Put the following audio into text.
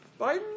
Biden